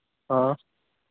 हाँ